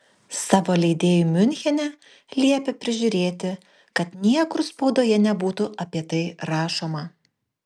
savo leidėjui miunchene liepė prižiūrėti kad niekur spaudoje nebūtų apie tai rašoma